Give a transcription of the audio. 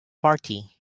party